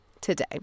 today